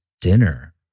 dinner